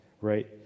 right